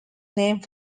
named